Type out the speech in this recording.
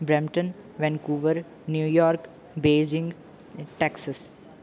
Brampton Vancouver New York Beijing Texas